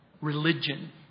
religion